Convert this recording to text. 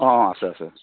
অ' অ' আছে আছে